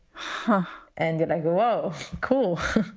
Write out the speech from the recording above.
huh? and then i go, oh, cool,